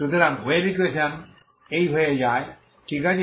সুতরাং wave equation এই হয়ে যায় ঠিক আছে